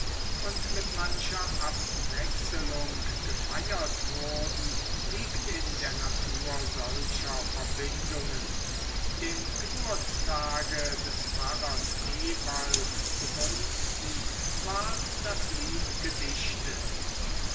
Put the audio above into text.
und mit mancher abwechselung gefeiert wurden liegt in der natur solcher verbindungen dem geburtstage des pfarrers ewald zu gunsten ward das lied gedichtet